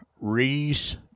Reese